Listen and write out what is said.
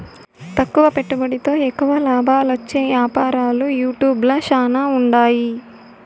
తక్కువ పెట్టుబడితో ఎక్కువ లాబాలొచ్చే యాపారాలు యూట్యూబ్ ల శానా ఉండాయి